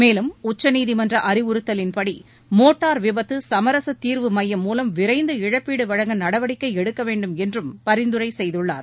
மேலும் உச்சநீதிமன்ற அறிவுறுத்தலின்படி மோட்டார் விபத்து சமரச தீர்வு மையம் மூலம் விரைந்து இழப்பீடு வழங்க நடவடிக்கை எடுக்க வேண்டுமென்றும் பரிந்துரை செய்துள்ளார்